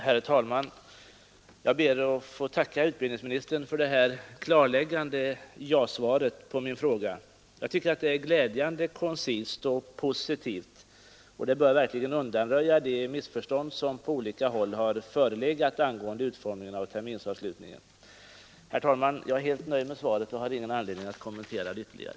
Herr talman! Jag ber att få tacka utbildningsministern för det klarläggande ja-svaret på min enkla fråga. Jag tycker att det är glädjande koncist och positivt, och det bör verkligen undanröja de missförstånd som på olika håll har förelegat angående utformningen av terminsavslutningen. Herr talman! Jag är helt nöjd med svaret och har ingen anledning att kommentera det ytterligare.